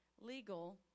legal